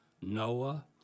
Noah